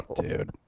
Dude